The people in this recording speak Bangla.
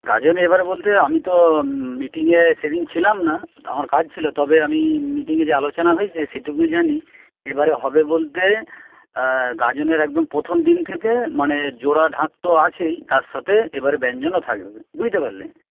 গাজনে এবার বলতে আমি তো মিটিংয়ে সেদিন ছিলাম না আমার কাজ ছিল তবে আমি মিটিংয়ে যে আলোচনা হয়েছে সেটুকুই জানি এবারে হবে বলতে গাজনের একদম প্রথম দিন থেকে মানে জোড়া ঢাক তো আছেই তার সাথে এবারে ব্যঞ্জনও থাকবে বুঝতে পারলে